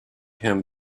him